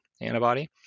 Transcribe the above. antibody